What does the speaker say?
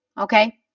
okay